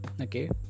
Okay